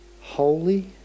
holy